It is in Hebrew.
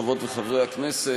חברות וחברי הכנסת,